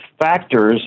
factors